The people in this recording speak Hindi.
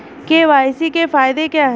के.वाई.सी के फायदे क्या है?